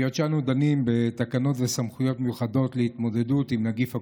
היות שאנו דנים בתקנות וסמכויות מיוחדות להתמודדות עם נגיף הקורונה,